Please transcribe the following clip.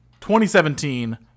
2017